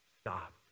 stop